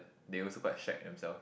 they also quite shack themselves